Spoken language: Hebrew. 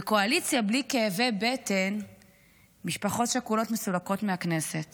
בקואליציה בלי כאבי בטן משפחות שכולות מסולקות מהכנסת